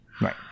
right